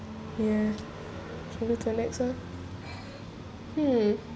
yeah can move to the next one hmm